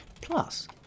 Plus